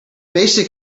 basic